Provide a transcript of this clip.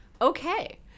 Okay